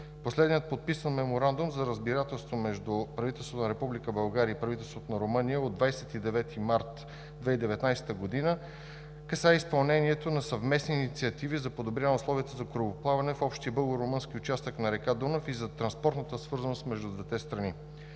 Последният подписан Меморандум за разбирателство между правителството на Република България и правителството на Румъния е от 29 март 2019 г., касае изпълнението на съвместни инициативи за подобряване на условията за корабоплаване в общия българо-румънски участък на река Дунав и за транспортната свързаност между двете страни.